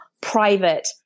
private